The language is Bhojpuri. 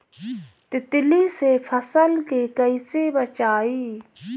तितली से फसल के कइसे बचाई?